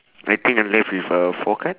I think I'm left with uh four card